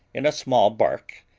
in a small bark,